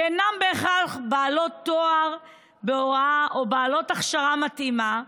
שאינן בהכרח בעלות תואר בהוראה או בעלות הכשרה מתאימה.